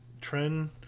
trend